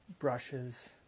Brushes